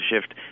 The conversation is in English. shift